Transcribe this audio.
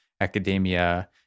academia